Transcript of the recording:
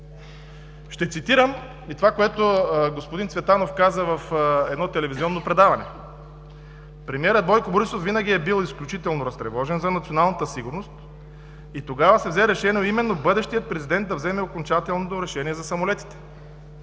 Ще цитирам и това, което министър Цветанов каза в едно телевизионно предаване: „Премиерът Бойко Борисов винаги е бил изключително разтревожен за националната сигурност. И тогава се взе решение именно бъдещият президент да вземе окончателното решение за самолетите“.